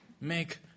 Make